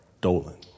Dolan